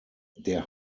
der